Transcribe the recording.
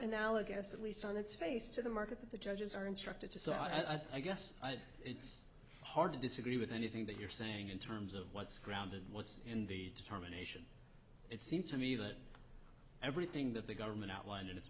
analogous at least on its face to the market that the judges are instructed to so i guess it's hard to disagree with anything that you're saying in terms of what's grounded what's in the determination it seems to me that everything that the government outlined i